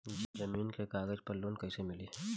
जमीन के कागज पर लोन कइसे मिली?